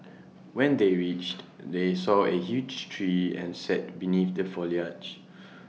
when they reached they saw A huge tree and sat beneath the foliage